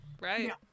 right